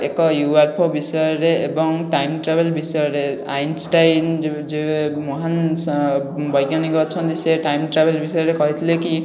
ଏକ ୟୁଏଫଓ ବିଷୟରେ ଏବଂ ଟାଇମ ଟ୍ରାଭେଲ ବିଷୟରେ ଆଇନଷ୍ଟାଇନ ମହାନ ବୈଜ୍ଞାନିକ ଅଛନ୍ତି ସେ ଟାଇମ ଟ୍ରାଭେଲ ବିଷୟରେ କହିଥିଲେ କି